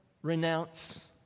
Renounce